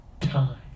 time